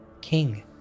King